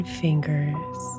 fingers